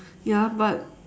ya but